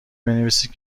بنویسید